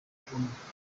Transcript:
goma